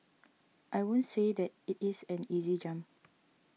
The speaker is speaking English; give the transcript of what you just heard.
I won't say that it is an easy jump